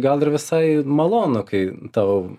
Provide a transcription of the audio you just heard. gal ir visai malonu kai tau